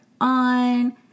on